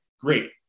Great